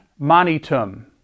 manitum